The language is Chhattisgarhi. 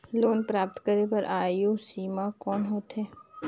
लोन प्राप्त करे बर आयु सीमा कौन होथे?